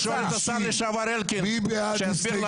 אני שואל את השר לשעבר אלקין, שיסביר לנו.